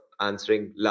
answering